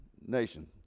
nation